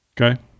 Okay